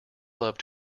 loved